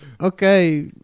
okay